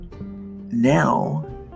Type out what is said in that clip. now